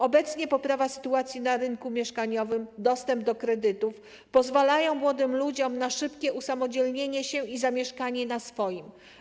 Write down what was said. Obecnie poprawa sytuacji na rynku mieszkaniowym, dostęp do kredytów pozwalają młodym ludziom na szybkiej usamodzielnienie się i zamieszkanie na swoim.